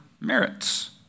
merits